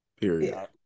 period